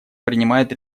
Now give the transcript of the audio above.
принимает